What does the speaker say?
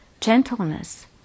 gentleness